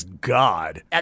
God